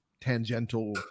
tangential